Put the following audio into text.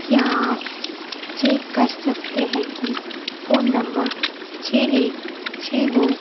क्या आप चेक कर सकते हैं कि फ़ोन नम्बर छः एक छः दो